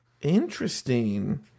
interesting